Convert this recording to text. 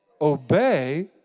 obey